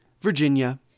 Virginia